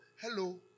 Hello